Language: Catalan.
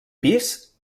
pis